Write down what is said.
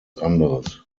anderes